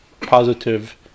positive